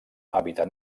hàbitat